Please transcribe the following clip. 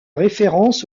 référence